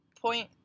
Point